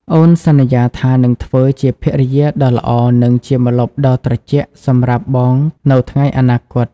អូនសន្យាថានឹងធ្វើជាភរិយាដ៏ល្អ និងជាម្លប់ដ៏ត្រជាក់សម្រាប់បងនៅថ្ងៃអនាគត។